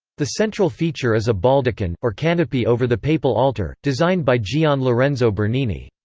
the central feature is a baldachin, or canopy over the papal altar, designed by gian lorenzo bernini.